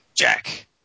Jack